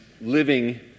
living